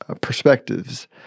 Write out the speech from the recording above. perspectives